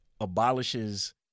abolishes